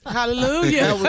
Hallelujah